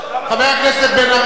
חבר הכנסת בן-ארי,